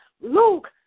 Luke